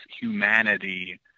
humanity